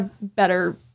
better